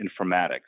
informatics